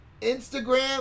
Instagram